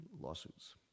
lawsuits